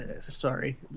Sorry